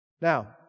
Now